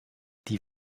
die